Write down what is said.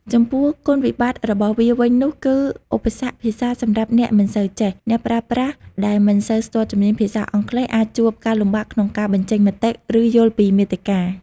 ចំពោះគុណវិបត្តិតរបស់វាវិញនោះគឺឧបសគ្គភាសាសម្រាប់អ្នកមិនសូវចេះ អ្នកប្រើប្រាស់ដែលមិនសូវស្ទាត់ជំនាញភាសាអង់គ្លេសអាចជួបការលំបាកក្នុងការបញ្ចេញមតិ ឬយល់ពីមាតិកា។